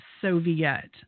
Soviet